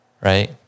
right